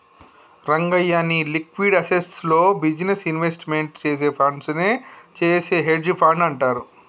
రంగయ్య, నీ liquid assets లో business investment చేసే ఫండ్స్ నే చేసే హెడ్జె ఫండ్ అంటారు